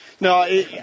No